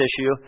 issue